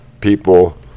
people